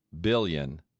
billion